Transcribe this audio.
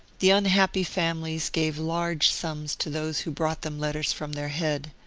the unhappy families gave large sums to those who brought them letters from their head.